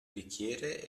bicchiere